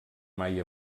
mai